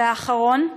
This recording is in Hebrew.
ואחרון,